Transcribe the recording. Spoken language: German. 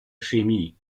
chemie